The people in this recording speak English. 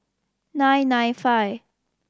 nine nine five